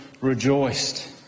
rejoiced